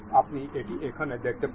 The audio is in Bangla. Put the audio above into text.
আপনি এটি এখানে দেখতে পারেন